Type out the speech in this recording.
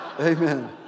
Amen